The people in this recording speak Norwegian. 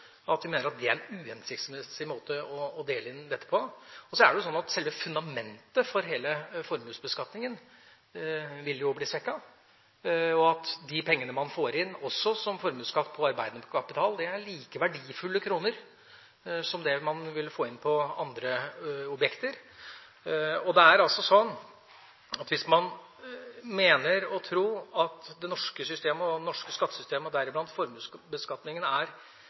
at vi mener det er en uhensiktsmessig måte å dele inn dette på. Det er også sånn at fundamentet for hele formuesbeskatningen vil bli svekket. De pengene man får inn også som formuesskatt på arbeidende kapital, er like verdifulle kroner som dem man ville få inn på andre objekter. Hvis man mener og tror at det norske skattesystemet, og dermed formuesbeskatningen, er